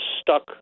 stuck